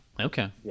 Okay